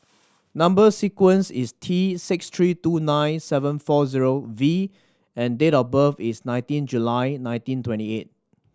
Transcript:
number sequence is T six three two nine seven four zero V and date of birth is nineteen July nineteen twenty eight